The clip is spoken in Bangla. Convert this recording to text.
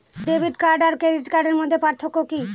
ডেবিট কার্ড আর ক্রেডিট কার্ডের মধ্যে পার্থক্য কি?